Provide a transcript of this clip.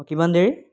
অঁ কিমান দেৰি